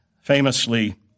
famously